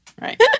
Right